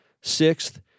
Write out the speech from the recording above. Sixth